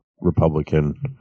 Republican